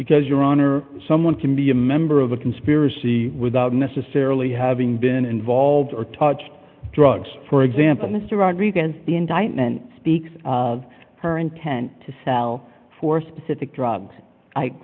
because your honor someone can be a member of a conspiracy without necessarily having been involved or touched drugs for example mr rodriguez the indictment speaks of her intent to sell for specific drugs